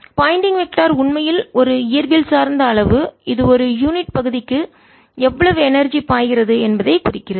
Poynting vector திசையன் உண்மையில் ஒரு இயற்பியல் சார்ந்த அளவு இது ஒரு யூனிட் பகுதிக்கு எவ்வளவு எனர்ஜி ஆற்றல் பாய்கிறது என்பதை குறிக்கிறது